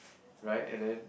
right and then